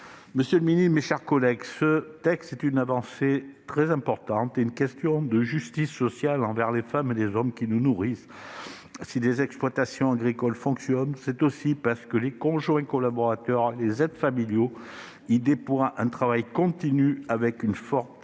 Monsieur le secrétaire d'État, mes chers collègues, ce texte est une avancée très importante et une question de justice sociale pour les femmes et les hommes qui nous nourrissent. Si les exploitations agricoles fonctionnent, c'est aussi parce que des conjoints collaborateurs et des aides familiaux y déploient un travail continu et